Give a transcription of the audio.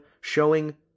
showing